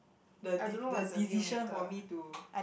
the de~ the decision for me to